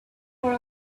for